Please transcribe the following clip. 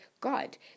God